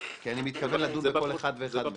כי אני מתכוון לדון על כל אחד ואחד מהם.